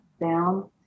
down